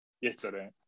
yesterday